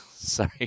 Sorry